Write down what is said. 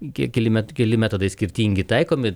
kiek keli met keli metodai skirtingi taikomi